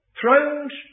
Thrones